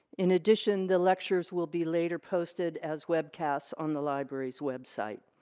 in addition the lectures will be later posted as webcasts on the library's website.